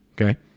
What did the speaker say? okay